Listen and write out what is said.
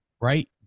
Right